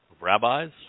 rabbis